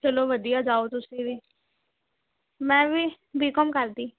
ਚਲੋ ਵਧੀਆ ਜਾਓ ਤੁਸੀਂ ਵੀ ਮੈਂ ਵੀ ਬੀਕੌਮ ਕਰਦੀ